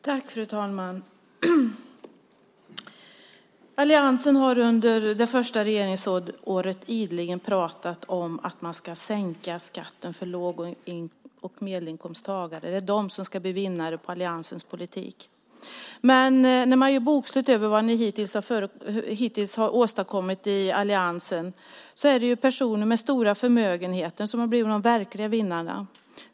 Fru talman! Alliansen har under det första regeringsåret ideligen pratat om att man ska sänka skatten för låg och medelinkomsttagare. Det är de som ska bli vinnare på alliansens politik. Men när man gör bokslut över vad ni hittills har åstadkommit i alliansen är det personer med stora förmögenheter som har blivit de verkliga vinnarna.